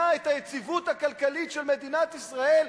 את היציבות הכלכלית של מדינת ישראל.